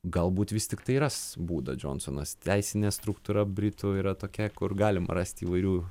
galbūt vis tiktai ras būdą džonsonas teisinė struktūra britų yra tokia kur galima rast įvairių